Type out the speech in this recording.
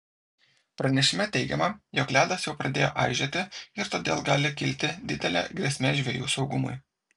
pranešime teigiama jog ledas jau pradėjo aižėti ir todėl gali kilti didelė grėsmė žvejų saugumui